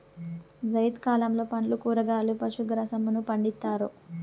జైద్ కాలంలో పండ్లు, కూరగాయలు, పశు గ్రాసంను పండిత్తారు